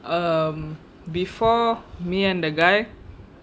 um before me and the guy